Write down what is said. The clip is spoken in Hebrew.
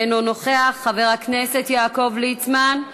אינו נוכח, חבר הכנסת יעקב ליצמן,